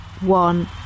one